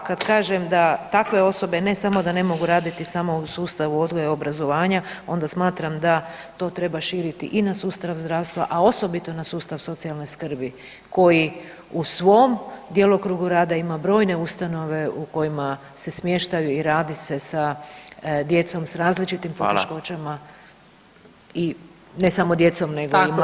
A kad kažem da takve osobe ne samo da ne mogu raditi samo u sustavu odgoja i obrazovanja onda smatram da to treba širiti i na sustav zdravstva, a osobito na sustav socijalne skrbi koji u svom djelokrugu rada ima brojne ustanove u kojima se smještaju i radi se sa djecom sa različitim poteškoćama [[Upadica: Hvala.]] i ne samo djecom nego i mladim osobama.